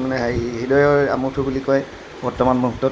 মানে হেৰি হৃদয়ৰ আমঠু বুলি কয় বৰ্তমান মুহূৰ্তত